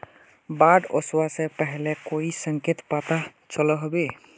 बाढ़ ओसबा से पहले कोई संकेत पता चलो होबे?